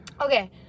Okay